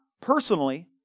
personally